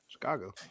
Chicago